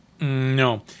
No